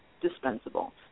dispensable